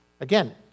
Again